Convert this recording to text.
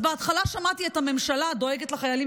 אז בהתחלה שמעתי את הממשלה דואגת לחיילים